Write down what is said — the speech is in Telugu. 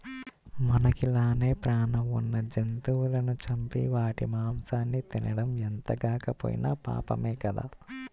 మనకి లానే పేణం ఉన్న జంతువులను చంపి వాటి మాంసాన్ని తినడం ఎంతగాకపోయినా పాపమే గదా